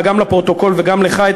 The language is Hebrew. גם לפרוטוקול וגם לך,